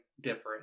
different